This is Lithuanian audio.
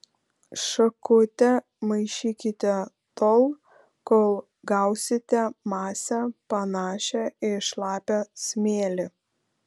šakute maišykite tol kol gausite masę panašią į šlapią smėlį